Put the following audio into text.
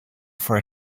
for